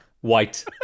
white